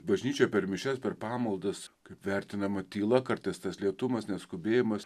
bažnyčioje per mišias per pamaldas kaip vertinama tyla kartais tas lėtumas neskubėjimas